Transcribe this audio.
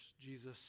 Jesus